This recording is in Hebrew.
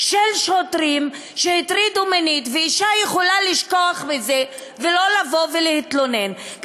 של שוטרים שהטרידו מינית ואישה יכולה לשכוח מזה ולא לבוא ולהתלונן,